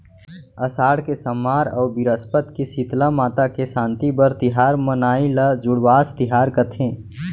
असाड़ के सम्मार अउ बिरस्पत के सीतला माता के सांति बर तिहार मनाई ल जुड़वास तिहार कथें